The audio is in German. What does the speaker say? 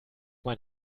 mein